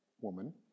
woman